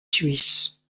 suisses